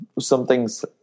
Something's